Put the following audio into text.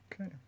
Okay